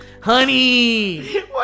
honey